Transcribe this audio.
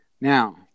Now